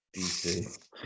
DC